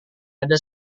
ada